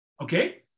Okay